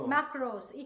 Macros